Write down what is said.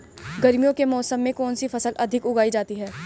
गर्मियों के मौसम में कौन सी फसल अधिक उगाई जाती है?